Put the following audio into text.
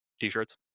t-shirts